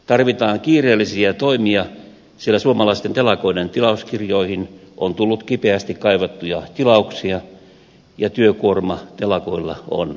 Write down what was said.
tarvitaan kiireellisiä toimia sillä suomalaisten telakoiden tilauskirjoihin on tullut kipeästi kaivattuja tilauksia ja työkuorma telakoilla on kasvussa